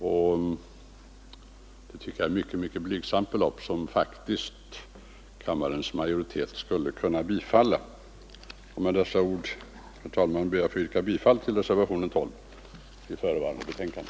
Detta tycker jag är ett mycket blygsamt belopp, som kammarens majoritet faktiskt borde kunna bifalla. Med dessa ord, herr talman, ber jag att få yrka bifall till reservationen 12 vid förevarande betänkande.